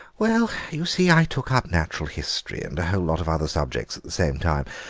well, you see, i took up natural history and a whole lot of other subjects at the same time,